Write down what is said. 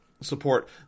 support